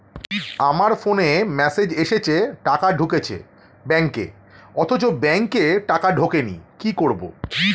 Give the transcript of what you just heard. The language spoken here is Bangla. আমার ফোনে মেসেজ এসেছে টাকা ঢুকেছে ব্যাঙ্কে অথচ ব্যাংকে টাকা ঢোকেনি কি করবো?